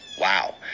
Wow